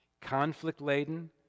conflict-laden